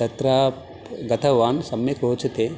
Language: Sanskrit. तत्र गतवान् सम्यक् रोचते